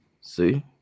see